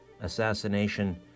assassination